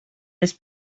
les